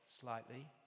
Slightly